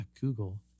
Google